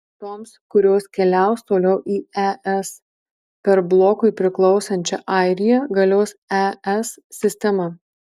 toms kurios keliaus toliau į es per blokui priklausančią airiją galios es sistema